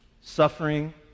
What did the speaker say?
Suffering